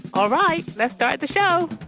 all right, let's start the show